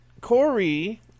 Corey –